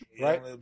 right